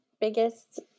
biggest